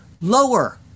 lower